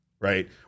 right